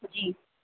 جی